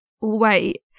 wait